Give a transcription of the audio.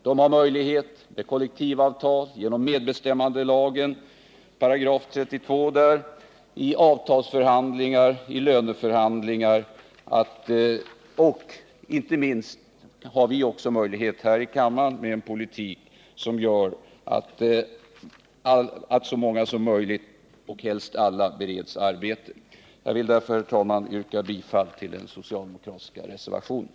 De har möjlighet att genom kollektivavtal, medbestämmandelagens § 32 och vid avtalsförhandlingar och löneförhandlingar verka för jämställdhet och att så många som möjligt, helst alla, bereds arbete. Inte minst kan vi här i kammaren verka för en sådan politik. Jag vill därför, herr talman, yrka bifall till den socialdemokratiska reservationen.